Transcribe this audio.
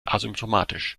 asymptomatisch